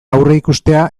aurreikustea